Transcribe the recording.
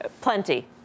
Plenty